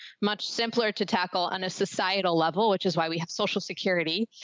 much simpler to tackle on a societal level, which is why we have social security.